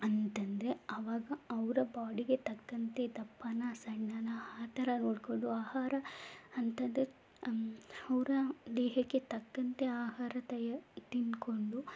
ಅಂತ ಅಂದ್ರೆ ಆವಾಗ ಅವರ ಬಾಡಿಗೆ ತಕ್ಕಂತೆ ದಪ್ಪನೆ ಸಣ್ಣನೆ ಆ ಥರ ನೋಡಿಕೊಂಡು ಆಹಾರ ಅಂತ ಅಂದ್ರೆ ಅವರ ದೇಹಕ್ಕೆ ತಕ್ಕಂತೆ ಆಹಾರ ತಯಾ ತಿಂದ್ಕೊಂಡು